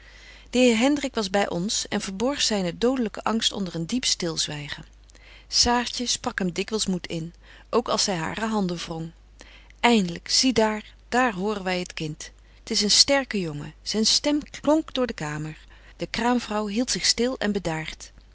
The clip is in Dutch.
de heer hendrik was by ons en verborg zynen dodelyken angst onder een diep stilzwygen saartje sprak hem dikwyls moed in ook als zy hare handen wrong eindelyk zie daar daar horen wy het kind t is een sterken jongen zyn stem klonk door de kamer de kraamvrouw hieldt zich stil en bedaart